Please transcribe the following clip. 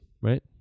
right